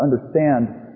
understand